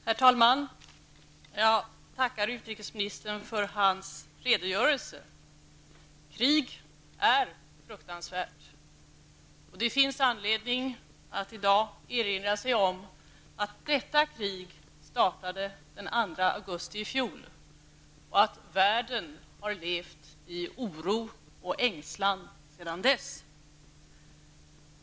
Herr talman! Jag tackar utrikesministern för hans redogörelse. Krig är fruktansvärt, och det finns anledning att i dag erinra sig att detta krig startade den 2 augusti i fjol och att världen har levt i oro och ängslan sedan dess.